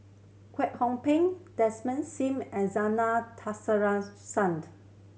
Kwek Hong Png Desmond Sim and Zena Tessensohn